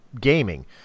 gaming